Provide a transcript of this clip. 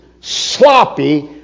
sloppy